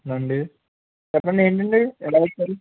రండి చెప్పండి ఏంటండీ ఇలా వచ్చారు